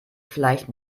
vielleicht